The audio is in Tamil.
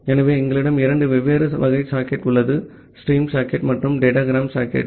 ஆகவே எங்களிடம் இரண்டு வெவ்வேறு வகை சாக்கெட் உள்ளது ஸ்ட்ரீம் சாக்கெட் மற்றும் டேடாகிராம் சாக்கெட்